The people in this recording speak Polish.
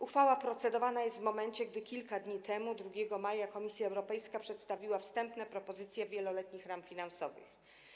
Uchwała procedowana jest w sytuacji, gdy kilka dni temu, 2 maja, Komisja Europejska przedstawiła wstępne propozycje wieloletnich ram finansowych.